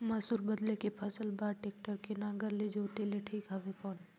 मसूर बदले के फसल बार टेक्टर के नागर ले जोते ले ठीक हवय कौन?